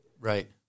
Right